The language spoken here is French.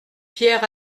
pierre